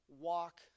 walk